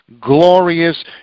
glorious